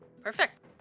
Perfect